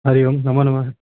हरिः ओं नमो नमः